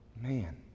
man